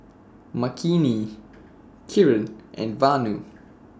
Makineni Kiran and Vanu